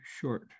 short